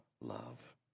love